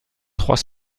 trois